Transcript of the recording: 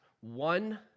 one